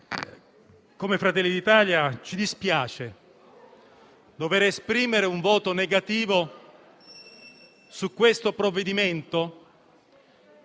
come Fratelli d'Italia ci dispiace dover esprimere un voto contrario su questo provvedimento